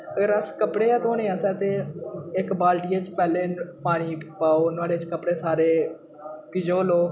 अगर अस कपड़े गै धोने असें ते इक बालटियै च पैह्ले पानी पाओ नोह्ड़े च कपड़े सारे घझोलो